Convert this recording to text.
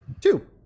Two